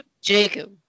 Jacob